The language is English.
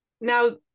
Now